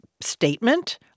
statement